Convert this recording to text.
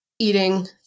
Eating